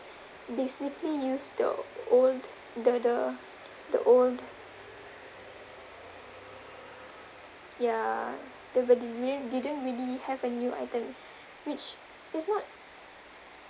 basically use the old the the the old ya the but the~ di~ they didn't really have a new item which it's not